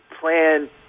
plan